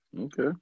Okay